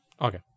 Okay